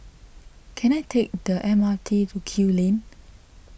can I take the M R T to Kew Lane